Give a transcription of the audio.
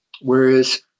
whereas